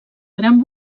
gran